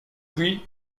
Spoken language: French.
puis